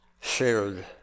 shared